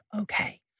okay